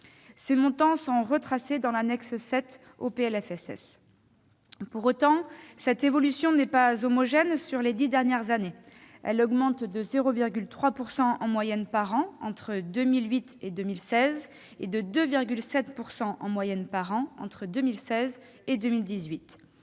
Ces montants sont retracés dans l'annexe 7 au PLFSS. Pour autant, cette évolution n'est pas homogène sur les dix dernières années ; elle augmente de 0,3 % en moyenne par an entre 2008 et 2016, et de 2,7 % en moyenne par an entre 2016 et 2018.